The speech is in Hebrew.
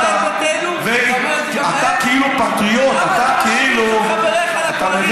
אתה כאילו פטריוט, אתה מבין?